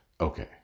okay